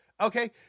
okay